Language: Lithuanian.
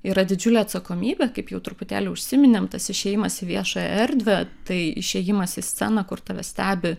yra didžiulė atsakomybė kaip jau truputėlį užsiminėm tas išėjimas į viešąją erdvę tai išėjimas į sceną kur tave stebi